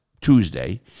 Tuesday